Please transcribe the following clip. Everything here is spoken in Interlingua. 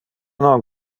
non